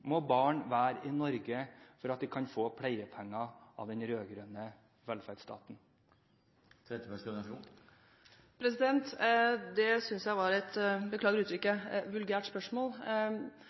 må barn i Norge være for at de kan få pleiepenger av den rød-grønne velferdsstaten? Det synes jeg var et – beklager uttrykket – vulgært spørsmål.